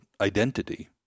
identity